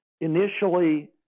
initially